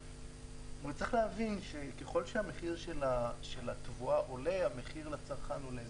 צריך להבין שככל שהמחיר של התבואה עולה גם המחיר לצרכן עולה.